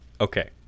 Okay